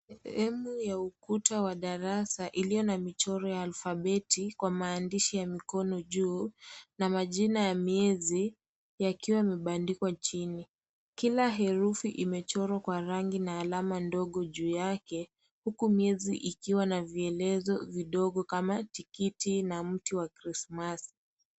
Sehemu ya ukuta wa darasa, iliyo na michoro ya alphabet ,kwa mandishi ya mikono juu, na majina ya miezi, yakiwa yamebandikwa chini. Kila herufi imechorwa kwa rangi na alama ndogo juu yake. Huku miezi ikiwa na mielezo midogo kama, tikiti na mti wa chrimas .